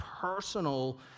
personal